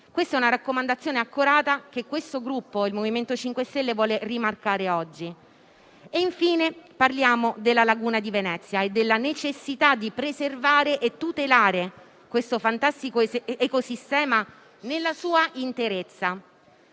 Questa è una raccomandazione accurata che il Gruppo MoVimento 5 Stelle oggi vuole rimarcare. Infine, parliamo della laguna di Venezia e della necessità di preservare e tutelare quel fantastico ecosistema nella sua interezza.